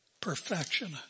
perfection